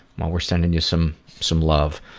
well we're sending you some some love.